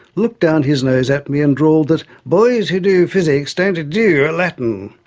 looked down his nose at me, and drawled that boys who do physics don't do latin,